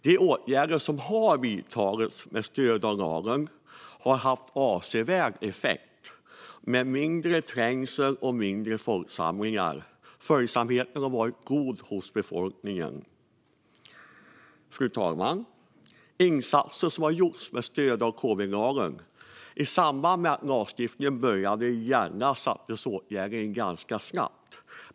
De åtgärder som har vidtagits med stöd av lagen har haft avsevärd effekt med mindre trängsel och mindre folksamlingar. Följsamheten har varit god hos befolkningen. Fru talman! Låt mig gå över till de insatser som har gjorts med stöd av covidlagen. I samband med att lagstiftningen började gälla sattes åtgärder in ganska snabbt.